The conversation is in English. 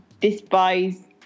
despise